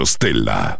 Stella